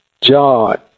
John